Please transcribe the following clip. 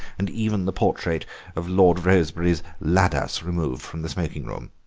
and even the portrait of lord rosebery's ladas removed from the smoking-room.